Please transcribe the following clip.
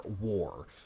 War